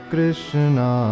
Krishna